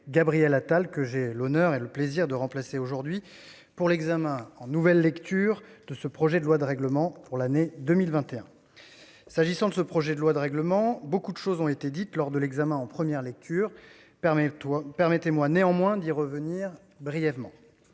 Gabriel Attal, que j'ai l'honneur et le plaisir de remplacer aujourd'hui pour l'examen en nouvelle lecture de ce projet de loi de règlement de l'année 2021. S'agissant de ce texte, beaucoup de choses ont été dites lors de l'examen en première lecture. Permettez-moi néanmoins d'y revenir brièvement.